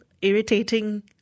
irritating